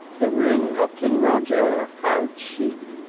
the ring of king roger. how cheap!